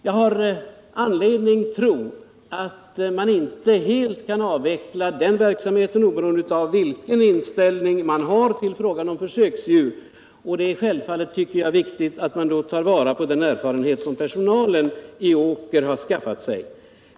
Jag har anledning att tro att man inte helt kan avveckla den verksamheten — oberoende av vilken inställning man har till frågan om försöksdjur. Det är självfallet viktigt att man då tar vara på den erfarenhet som personalen i Åker har skaffat sig.